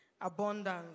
Abundance